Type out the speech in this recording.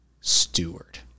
steward